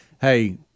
hey—